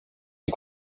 les